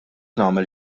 nagħmel